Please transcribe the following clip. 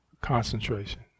concentration